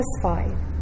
satisfied